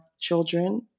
children